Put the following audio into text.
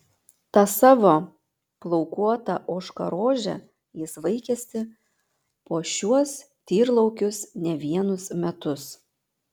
tą savo plaukuotą ožkarožę jis vaikėsi po šiuos tyrlaukius ne vienus metus